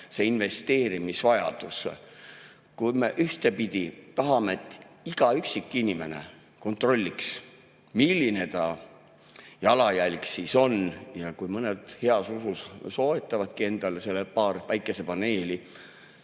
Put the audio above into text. see investeerimisvajadus. Kui me ühtepidi tahame, et iga üksikinimene kontrolliks, milline ta jalajälg on, ja kui mõned heas usus soetavadki endale paar päikesepaneeli,